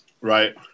Right